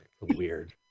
weird